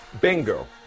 Bingo